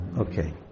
okay